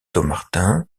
dommartin